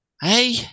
Hey